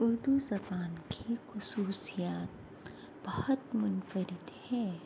اردو زبان کی خصوصیات بہت منفرد ہے